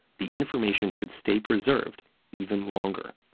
the information could stay preserved even longer.